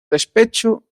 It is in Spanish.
despecho